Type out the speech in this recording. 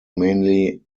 mainly